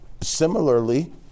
Similarly